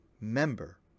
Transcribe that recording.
member